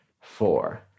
four